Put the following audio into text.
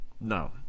No